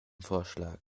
vorschlag